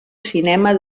cinema